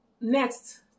Next